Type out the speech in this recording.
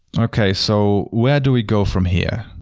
okay, so, where do we go from here?